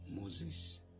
moses